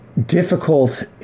difficult